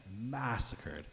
massacred